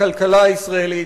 הכלכלה הישראלית.